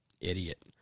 idiot